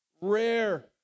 rare